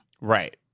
right